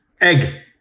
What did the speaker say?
Egg